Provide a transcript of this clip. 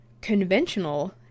conventional